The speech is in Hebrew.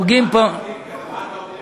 פוגעים פה, זה ועד העובדים